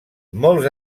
molts